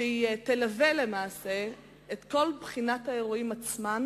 שתלווה למעשה את כל בחינת האירועים עצמם